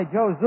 Joe